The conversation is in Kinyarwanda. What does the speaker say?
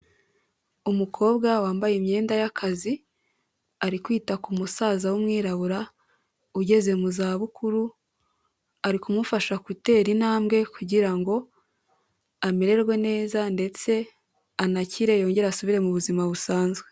Umukobwa wambaye imyenda y'akazi ari kwita ku musaza w'umwirabura ugeze mu zabukuru, ari kumufasha gutera intambwe kugira ngo amererwe neza ndetse anakire yongere asubire mu buzima busanzwe.